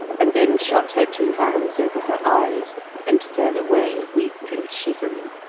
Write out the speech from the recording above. and then shut her two hands over her eyes and fell away weak and shivering.